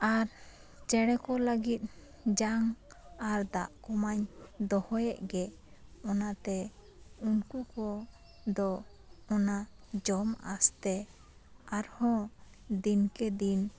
ᱟᱨ ᱪᱮᱬᱮ ᱠᱚ ᱞᱟᱹᱜᱤᱫ ᱡᱟᱝ ᱟᱨ ᱫᱟᱜ ᱠᱚᱢᱟᱧ ᱫᱚᱦᱚᱭᱮᱫ ᱜᱮ ᱚᱱᱟ ᱛᱮ ᱩᱱᱠᱩ ᱠᱚ ᱫᱚ ᱚᱱᱟ ᱡᱚᱢ ᱟᱥᱛᱮ ᱟᱨᱦᱚᱸ ᱫᱤᱱᱠᱮ ᱫᱤᱱ